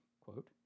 quote